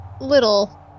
little